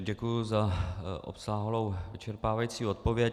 Děkuji za obsáhlou a vyčerpávající odpověď.